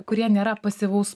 kurie nėra pasyvaus